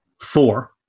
four